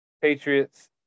Patriots